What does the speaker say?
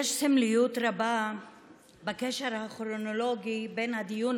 יש סמליות רבה בקשר הכרונולוגי בין הדיון